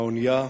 האונייה,